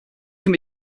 can